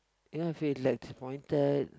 you know I feel like disappointed